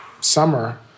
summer